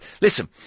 Listen